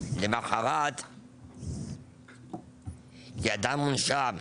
למחרת כאדם מונשם,